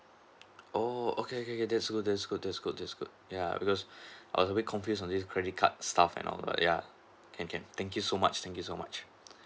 oo okay okay okay that's good that's good that's good that's good ya because I was a bit confused on this credit card stuff and all but ya can can thank you so much thank you so much